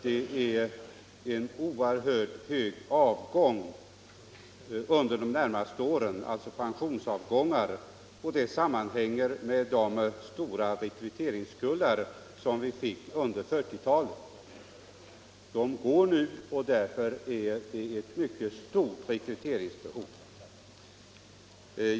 Det är ett mycket stort antal pensionsavgångar under de närmaste åren, vilket sammanhänger med att vi fick stora rekryteringskullar under 1940-talet. De som rekryterades då går i pension under de närmaste åren, och därför är rekryteringsbehovet mycket stort.